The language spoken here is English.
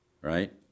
right